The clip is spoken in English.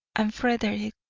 and frederick,